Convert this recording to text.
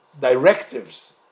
directives